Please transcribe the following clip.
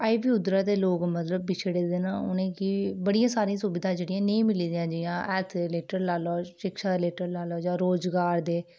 उद्धरा दे लोक मतलब पिछड़े दे न उ'नें गी बड़िया सारियां सुविधां अजें नेईं मिली दियां जि'यां हेल्थ दे रिलेटड लाई लैओ रोजगार दे सिलसिले बिच